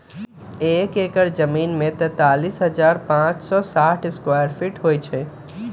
एक एकड़ जमीन में तैंतालीस हजार पांच सौ साठ स्क्वायर फीट होई छई